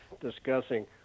discussing